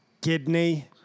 kidney